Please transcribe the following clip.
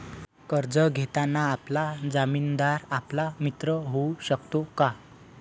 कर्ज घेताना आपला जामीनदार आपला मित्र होऊ शकतो का?